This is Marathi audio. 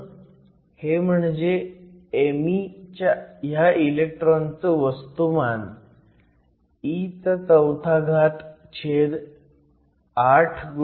म्हणून हे म्हणजे me ह्या इलेक्ट्रॉनचं वस्तुमान e48o2h2